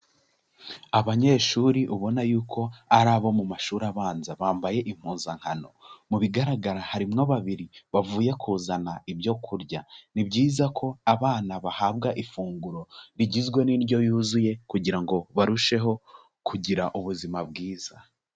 Abanyeshuri ubona yuko ari abo mu mashuri abanza, bambaye impuzankano, mu bigaragara harimwo babiri bavuye kuzana ibyo kurya, ni byiza ko abana bahabwa ifunguro rigizwe n'indyo yuzuye kugira ngo barusheho kugira ubuzima bwiza.